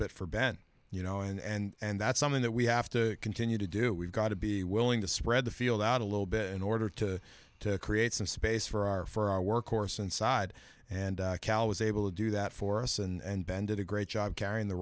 bit for ben you know and that's something that we have to continue to do we've got to be willing to spread the field out a little bit in order to create some space for our for our workforce inside and cal was able to do that for us and ben did a great job carrying the